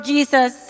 Jesus